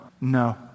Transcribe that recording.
No